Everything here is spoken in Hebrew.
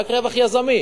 רק רווח יזמי.